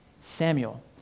Samuel